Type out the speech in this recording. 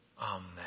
Amen